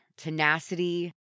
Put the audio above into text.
tenacity